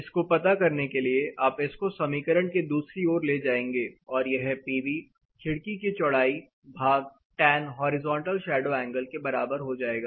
इसको पता करने के लिएआप इसको समीकरण के दूसरी ओर ले जाएंगे और यह Pv खिड़की की चौड़ाई भाग टैन हॉरिजॉन्टल शैडो एंगल के बराबर हो जाएगा